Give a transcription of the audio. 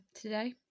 today